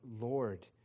Lord